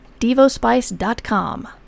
DevoSpice.com